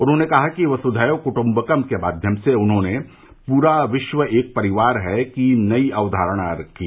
उन्होंने कहा कि वसुधैव कुट्मबकम के माध्यम से उन्होंने पूरा विश्व एक परिवार है की नई अवधारणा रखी